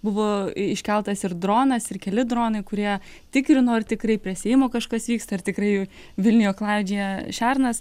buvo iškeltas ir dronas ir keli dronai kurie tikrino ar tikrai prie seimo kažkas vyksta ar tikrai vilniuje klaidžioja šernas